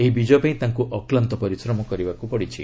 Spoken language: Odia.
ଏହି ବିଜୟ ପାଇଁ ତାଙ୍କୁ ଅକ୍ଲାନ୍ତ ପରିଶ୍ରମ କରିବାକୁ ପଡ଼ିଛି